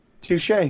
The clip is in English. Touche